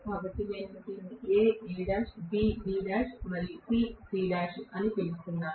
కాబట్టి నేను దీనిని A Al B Bl మరియు C C1 అని పిలుస్తున్నాను